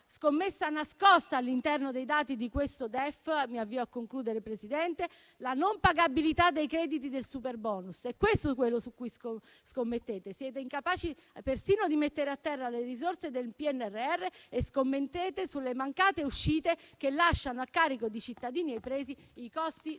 scommessa nascosta all'interno dei dati di questo DEF. *(Richiami del Presidente).* Mi avvio a concludere, Presidente. La non pagabilità dei crediti del superbonus è quello su cui scommettete. Siete incapaci persino di mettere a terra le risorse del PNRR e scommettete sulle mancate uscite che lasciano a carico di cittadini e imprese i costi